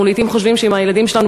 לעתים אנחנו חושבים שאם הילדים שלנו